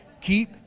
keep